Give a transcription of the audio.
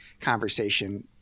conversation